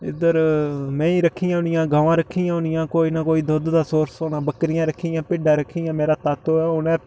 इद्धर मेंही रक्खी दियां होनियां गमां रक्खी हियां होनियां कोई न कोई दुद्ध दा सोर्स होना बक्करियां रक्खी दियां भिड्डां रक्खी दियां मेरा तातो ऐ उनें